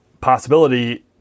possibility